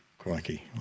crikey